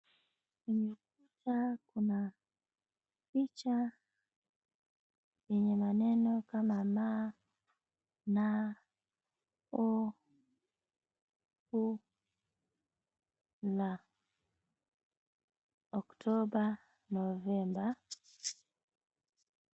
Kwenye paa kuna picha yenye maneno kama M, N, O, U na Oktoba, Novemba.